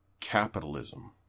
Capitalism